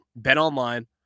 BetOnline